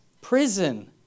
prison